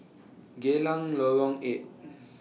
Geylang Lorong eight